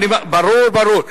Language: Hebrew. ברור, ברור.